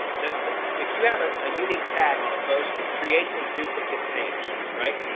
that if you have ah a unique tag on a post, it creates a duplicate page, right?